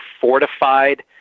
fortified